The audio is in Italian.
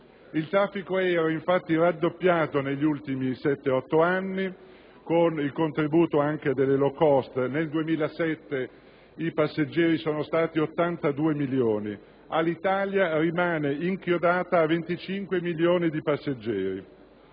Il traffico è infatti raddoppiato negli ultimi 7-8 anni con il contributo anche delle *low cost*. Nel 2007 i passeggeri sono stati 82 milioni; Alitalia rimane inchiodata a 25 milioni di passeggeri.